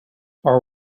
our